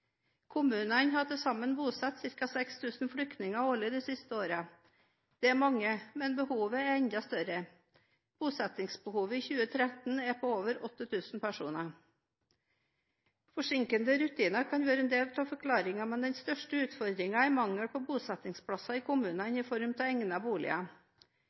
Kommunene har til sammen bosatt ca. 6 000 flyktninger årlig de siste årene. Det er mange, men behovet er enda større. Bosettingsbehovet i 2013 er på over 8 000 personer. Forsinkende rutiner kan være en del av forklaringen, men den største utfordringen er mangel på bosettingsplasser i kommunene i form av egnede boliger.